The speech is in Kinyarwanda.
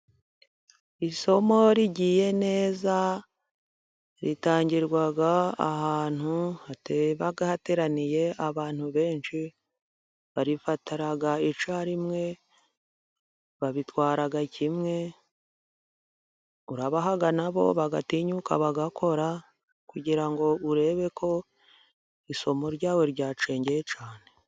Isomo rigiye neza ritangirwa ahantu haba hateraniye abantu benshi. Barifata icyarimwe, babitwara kimwe. Urabaha na bo bagatinyuka bagakora, kugira ngo urebe ko isomo ryawe ryacengeye cyane.